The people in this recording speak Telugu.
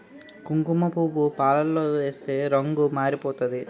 కుంకుమపువ్వు పాలలో ఏస్తే రంగు మారిపోతాది